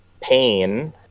pain